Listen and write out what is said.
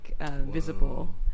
visible